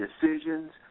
decisions